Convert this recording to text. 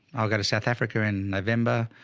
i'll go to south africa in november.